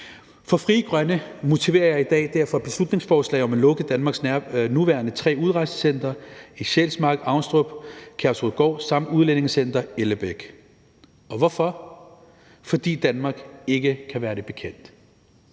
For Frie Grønne motiverer jeg derfor i dag et beslutningsforslag om at lukke Danmarks tre nuværende udrejsecentre i Sjælsmark, Avnstrup og Kærshovedgård samt Udlændingecenter Ellebæk. Og hvorfor skal de lukke? Fordi Danmark ikke kan være det bekendt.